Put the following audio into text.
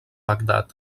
bagdad